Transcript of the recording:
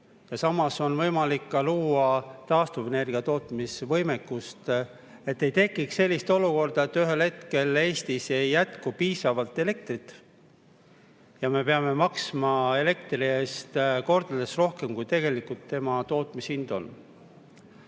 ja samas on võimalik luua taastuvenergia tootmise võimekust, et ei tekiks sellist olukorda, et mingil ajal Eestis ei jätku piisavalt elektrit ja me peame maksma elektri eest kordades rohkem, kui tegelikult tema tootmishind on.